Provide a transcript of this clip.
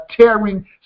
tearing